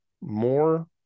more